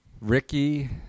Ricky